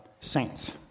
saints